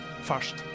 first